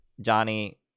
Johnny